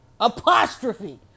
apostrophe